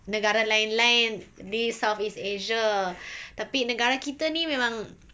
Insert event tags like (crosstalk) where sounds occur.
negara lain lain di southeast asia (breath) tapi negara kita ni memang